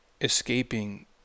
escaping